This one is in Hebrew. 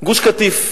גוש-קטיף,